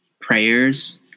prayers